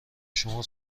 شما